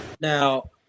Now